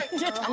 did